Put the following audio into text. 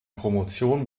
promotion